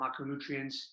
macronutrients